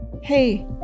hey